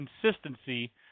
consistency